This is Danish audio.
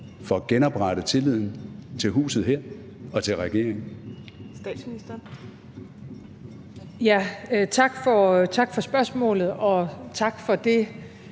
for at genoprette tilliden til huset her og til regeringen?